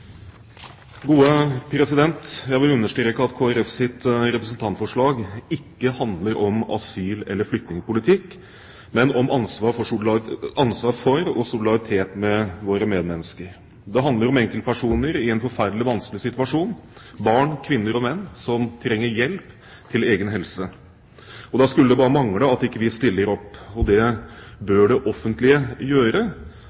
Jeg vil understreke at Kristelig Folkepartis representantforslag ikke handler om asyl- eller flyktningpolitikk, men om ansvar for og solidaritet med våre medmennesker. Det handler om enkeltpersoner i en forferdelig vanskelig situasjon – barn, kvinner og menn som trenger hjelp til egen helse. Da skulle det bare mangle at ikke vi stiller opp – det